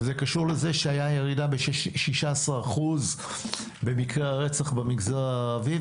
וזה קשור לזה שהייתה ירידה של 16% במקרי הרצח במגזר הערבי,